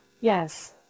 Yes